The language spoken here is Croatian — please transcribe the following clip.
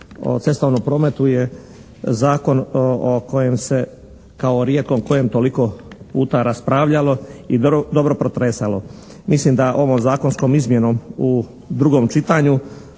cestovnom prometu je zakon o kojem se kao rijetko kojem toliko puta raspravljalo i dobro protresalo. Mislim da ovom zakonskom izmjenom u drugom čitanju